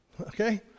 Okay